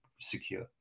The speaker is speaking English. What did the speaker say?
secure